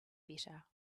better